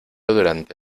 durante